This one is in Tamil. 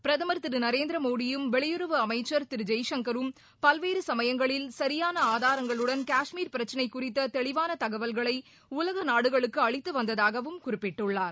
பிரதமர் திரு நரேந்திரமோடியும் வெளியுறவுத்துறை அமைச்சர் திரு ஜெய்சங்கரும் பல்வேறு சமயங்களில் சரியான ஆதாரங்களுடன் காஷ்மீர் பிரச்சனை குறித்த தெளிவான தகவல்களை உலக நாடுகளுக்கு அளித்து வந்ததாகவும் குறிப்பிட்டுள்ளார்